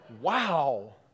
wow